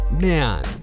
Man